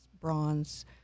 bronze